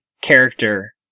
character